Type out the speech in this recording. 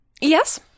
Yes